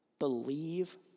Believe